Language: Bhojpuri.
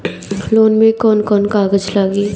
लोन में कौन कौन कागज लागी?